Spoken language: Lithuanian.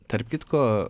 tarp kitko